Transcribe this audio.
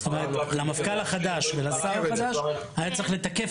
למפכ"ל החדש ולשר החדש היה צריך לתקף